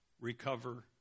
recover